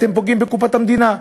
אתם פוגעים בקופת המדינה.